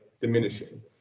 diminishing